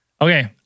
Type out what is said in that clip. Okay